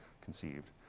conceived